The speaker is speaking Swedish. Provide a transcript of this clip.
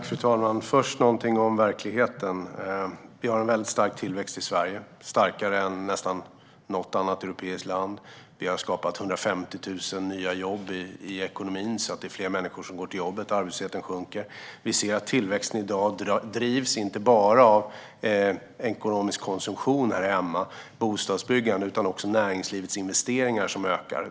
Fru talman! Jag ska först säga någonting om verkligheten. Vi har en mycket stark tillväxt i Sverige - starkare än den är i nästan något annat europeiskt land. Det har skapat 150 000 nya jobb i ekonomin, så att det är fler människor som går till jobbet, och arbetslösheten sjunker. Vi ser att tillväxten i dag drivs inte bara av ekonomisk konsumtion här hemma och bostadsbyggande utan också av näringslivets investeringar som ökar.